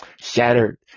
shattered